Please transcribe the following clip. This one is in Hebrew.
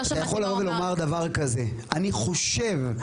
אתה יכול לבוא ולומר דבר כזה: אני חושב,